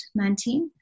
19